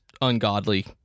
ungodly